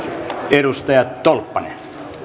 edustaja tolppanen